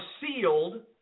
sealed